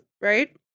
right